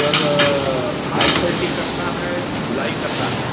sir oil पलटी करना है धुलाई करना है